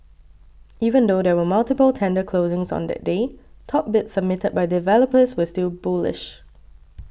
even though there were multiple tender closings on that day top bids submitted by developers were still bullish